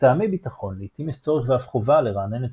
מטעמי ביטחון לעיתים יש צורך ואף חובה לרענן את